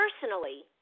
Personally